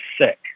sick